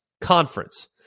conference